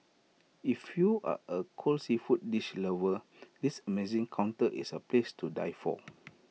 if you are A cold seafood dish lover this amazing counter is A place to die for